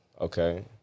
Okay